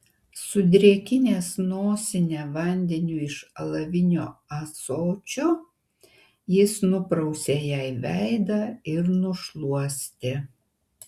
sudrėkinęs nosinę vandeniu iš alavinio ąsočio jis nuprausė jai veidą ir nušluostė